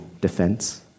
defense